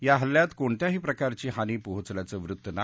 या हल्ल्यात कोणत्याही प्रकारची हानी पोचल्याचं वृत्त नाही